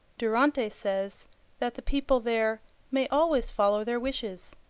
durante says that the people there may always follow their wishes,